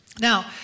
Now